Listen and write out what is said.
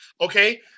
Okay